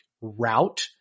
route